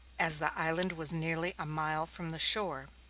as the island was nearly a mile from the shore.